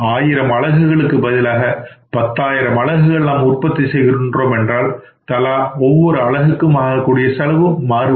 ஆயிரம் அலகுகளுக்கு பதிலாக பத்தாயிரம் அலகுகள் நாம் உற்பத்தி செய்கின்றோம் என்றால் தலா ஒவ்வொரு அலகுக்கும் ஆகக்கூடிய செலவு மாறும்